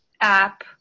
app